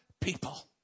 people